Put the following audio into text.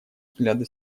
взгляды